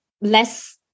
less